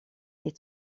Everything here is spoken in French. est